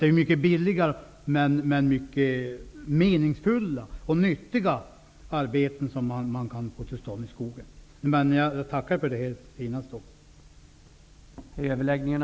Det är mycket billiga, men meningsfulla och nyttiga arbeten som man kan få till stånd i skogen.